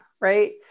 right